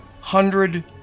hundred